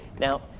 Now